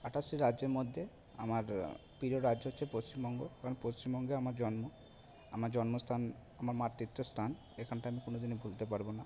আঠাশটি রাজ্যের মধ্যে আমার প্রিয় রাজ্য হচ্ছে পশ্চিমবঙ্গ কারণ পশ্চিমবঙ্গে আমার জন্ম আমার জন্মস্থান আমার মাতৃত্বের স্থান এইখানটা আমি কোনোদিনই ভুলতে পারব না